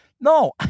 No